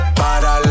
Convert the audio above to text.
para